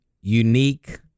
unique